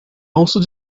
also